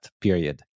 period